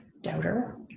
doubter